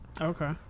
Okay